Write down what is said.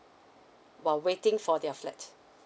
while waiting for their flat